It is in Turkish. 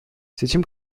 seçim